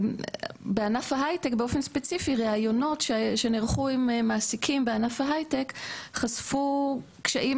בענף ההייטק באופן ספציפי יש לנו ריאיונות עם מעסיקים שחשפו קשיים,